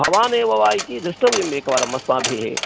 भवानेव वा इति दृष्टव्यम् एकवारमस्माभिः